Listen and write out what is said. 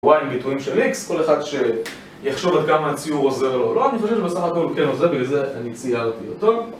וואי עם ביטויים של x, כל אחד שיחשוב עד כמה הציור עוזר לו או לא, אני חושב שבסך הכל כן עוזר, בגלל זה אני ציירתי אותו